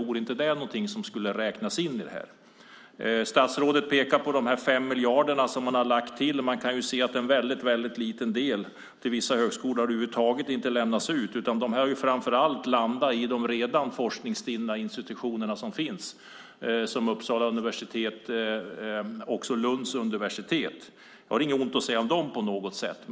Vore inte det något som borde räknas in i det här? Statsrådet pekar på de 5 miljarder som man har lagt till. Till vissa högskolor har det över huvud taget inte lämnats ut något. Det har framför allt landat i de redan forskningsstinna institutioner som finns på Uppsala och Lunds universitet. Jag har inget emot något av dem på något sätt.